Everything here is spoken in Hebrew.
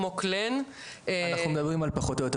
כמו "קלן" -- אנחנו מדברים על פחות או יותר